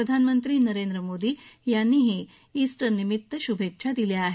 प्रधानमंत्री नरेंद्र मोदी यांनीही ईस्टरनिमित्त शुभेच्छा दिल्या आहेत